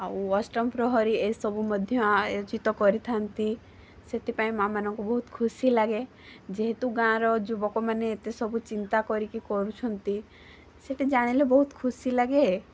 ଆଉ ଅଷ୍ଟମପ୍ରହରୀ ଏସବୁ ମଧ୍ୟ ଆୟୋଜିତ କରିଥାନ୍ତି ସେଥିପାଇଁ ମାଆ ମାନଙ୍କୁ ବହୁତ ଖୁସି ଲାଗେ ଯେହେତୁ ଗାଁର ଯୁବକମାନେ ଏତେସବୁ ଚିନ୍ତାକରିକି କରୁଛନ୍ତି ସେଇଟା ଜାଣିଲେ ବହୁତ ଖୁସି ଲାଗେ